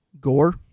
gore